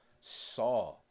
saw